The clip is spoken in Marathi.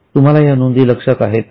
तुम्हाला या नोंदी लक्षात आहेत का